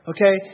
Okay